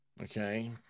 Okay